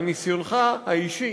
מניסיונך האישי,